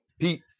Pete